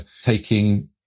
taking